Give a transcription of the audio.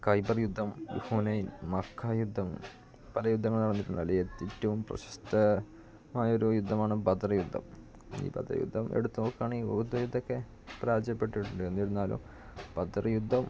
ഖൈബർ യുദ്ധം ഹോനൈൻ മഹാ യുദ്ധം പല യുദ്ധങ്ങൾ നടന്നിട്ടുണ്ട് അതിലേറ്റവും പ്രശസ്തമായൊരു യുദ്ധമാണ് ബദറീ യുദ്ധം ഈ ബദർ യുദ്ധം എടുത്തു നോക്കുകയാണെങ്കിൽ ഓത്തു യുദ്ധമൊക്കെ പരാജയപ്പെട്ടിട്ടുണ്ട് എന്നിരുന്നാലും ബദർ യുദ്ധം